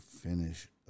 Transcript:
finish